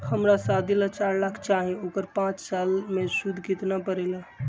हमरा शादी ला चार लाख चाहि उकर पाँच साल मे सूद कितना परेला?